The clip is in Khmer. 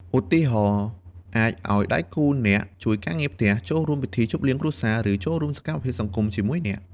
ឧទាហរណ៍ អាចឲ្យដៃគូអ្នកជួយការងារផ្ទះ ចូលរួមពិធីជប់លៀងគ្រួសារ ឬចូលរួមសកម្មភាពសង្គមជាមួយអ្នក។